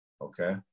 Okay